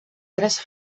tres